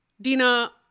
Dina